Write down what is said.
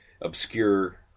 obscure